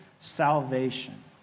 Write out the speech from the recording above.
salvation